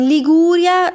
Liguria